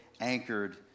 anchored